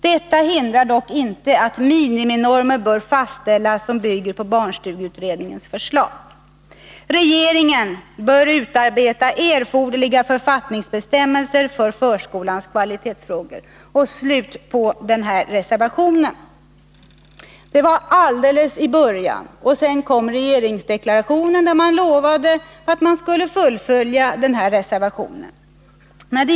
Detta hindrar dock inte att miniminormer bör fastställas, som bygger på barnstugeutredningens förslag. Regeringen bör utarbeta erforderliga författningsbestämmelser för förskolans kvalitetsfrågor.” Reservationen avgavs alldeles i början av året. På hösten kom regeringsdeklarationen, i vilken man lovade att följa upp reservationen.